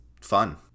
fun